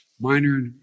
minor